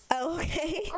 Okay